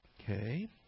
Okay